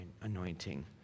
anointing